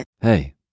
Hey